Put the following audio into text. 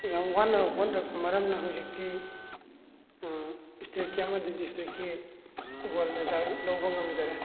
ꯌꯥꯝ ꯋꯥꯅ ꯍꯣꯠꯅꯔꯛꯄ ꯃꯔꯝꯅ ꯍꯧꯖꯤꯛꯇꯤ ꯁ꯭ꯇꯦꯠꯀꯤ ꯑꯃꯗꯤ ꯗꯤꯁꯇ꯭ꯔꯤꯛꯀꯤ ꯒꯣꯜ ꯃꯦꯗꯜ ꯂꯧꯕ ꯉꯝꯖꯔꯦ